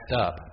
up